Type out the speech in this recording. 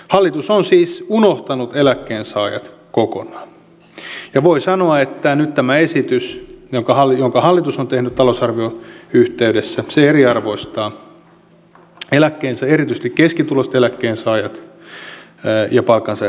hallitus on siis unohtanut eläkkeensaajat kokonaan ja voi sanoa että nyt tämä esitys jonka hallitus on tehnyt talousarvion yhteydessä eriarvoistaa erityisesti keskituloiset eläkkeensaajat ja palkansaajat keskenään